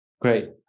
Great